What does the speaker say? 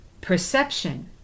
perception